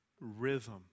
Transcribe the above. rhythm